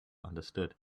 understood